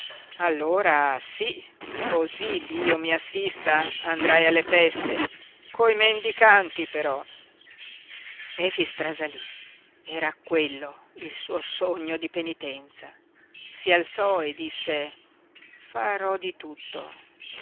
allora sí cosí dio mi assista andrai alle feste coi mendicanti però efix trasalí era quello il suo sogno di penitenza si alzò e disse farò di tutto